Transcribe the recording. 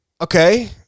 okay